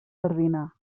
sardina